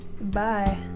Bye